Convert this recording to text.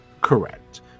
Correct